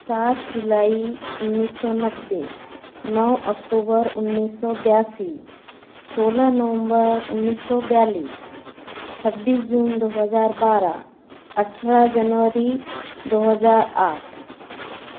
सात जुलाई उन्नीस सौ नबे नौ अक्टूबर उन्नीस सौ बयासी सोलह नवंबर उन्नीस सौ बयालीस छब्बीस जून दो हजार बारह अठारह जनवरी दो हजार आठ